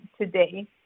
today